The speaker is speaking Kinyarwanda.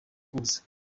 kuza